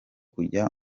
kujya